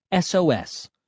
SOS